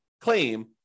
claim